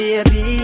Baby